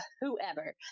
whoever